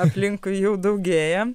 aplinkui jau daugėja